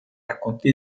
racconti